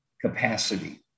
capacity